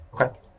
Okay